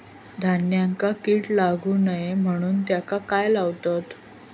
धान्यांका कीड लागू नये म्हणून त्याका काय लावतत?